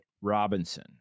robinson